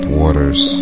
waters